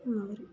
मगर